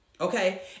Okay